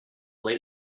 late